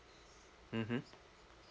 mmhmm